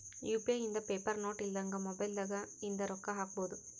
UPI ಇಂದ paper note ಇಲ್ದಂಗ mobile ದಾಗ ಇಂದ ರೊಕ್ಕ ಹಕ್ಬೊದು